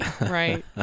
Right